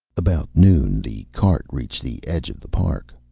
about noon the cart reached the edge of the park.